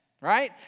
Right